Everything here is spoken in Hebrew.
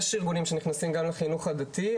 יש ארגונים שנכנסים גם לחינוך הדתי,